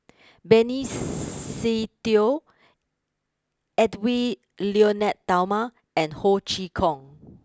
Benny Se Teo Edwy Lyonet Talma and Ho Chee Kong